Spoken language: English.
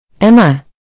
Emma